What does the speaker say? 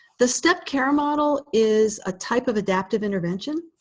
the step care model is a type of adaptive intervention.